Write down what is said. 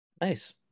nice